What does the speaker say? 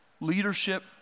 leadership